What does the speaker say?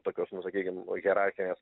tokios nu sakykim hierarchinės